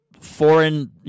foreign